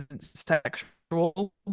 sexual